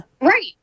Right